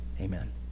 Amen